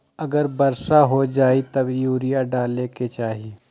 अगर वर्षा हो जाए तब यूरिया डाले के चाहि?